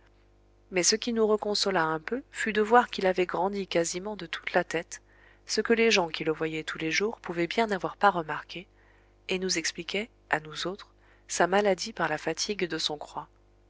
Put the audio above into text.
mais ce qui nous reconsola un peu fut de voir qu'il avait grandi quasiment de toute la tête ce que les gens qui le voyaient tous les jours pouvaient bien n'avoir pas remarqué et nous expliquait à nous autres sa maladie par la fatigue de son croît